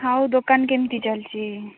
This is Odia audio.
ଆଉ ଦୋକାନ କେମିତି ଚାଲିଛି